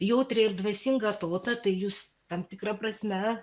jautrią ir dvasingą tautą tai jūs tam tikra prasme